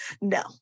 No